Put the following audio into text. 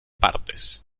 partes